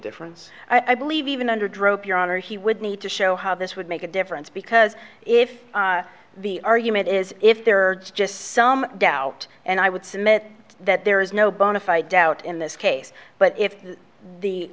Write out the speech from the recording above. difference i believe even under drop your honor he would need to show how this would make a difference because if the argument is if there are just some doubt and i would submit that there is no bonafide doubt in this case but if the